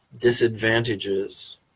disadvantages